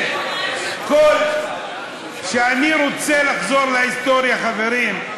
אני רוצה לחזור להיסטוריה, חברים.